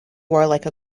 warlike